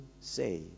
say